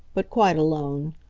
but quite alone.